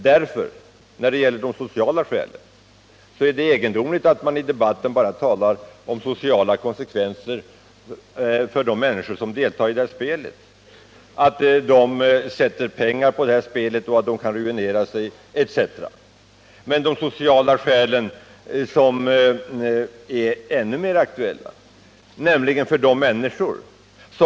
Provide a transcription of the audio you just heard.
När det gäller de sociala skälen är det egendomligt att man i debatten bara talar om sociala konsekvenser för de människor som deltar i spelet, de som satsar pengar och kan ruinera sig, etc. Men det finns sociala skäl som är ännu mera aktuella.